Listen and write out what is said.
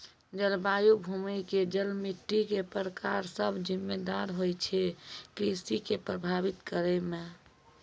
जलवायु, भूमि के जल, मिट्टी के प्रकार सब जिम्मेदार होय छै कृषि कॅ प्रभावित करै मॅ